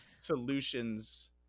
solutions